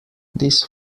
this